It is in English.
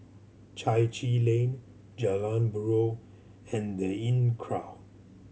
Chai Chee Lane Jalan Buroh and The Inncrowd